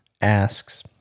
asks